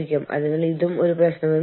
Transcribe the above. വ്യാവസായിക സബ്സിഡികൾ